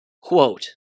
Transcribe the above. Quote